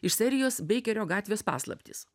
iš serijos beikerio gatvės paslaptys